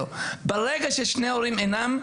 ברגע ששני ההורים אינם,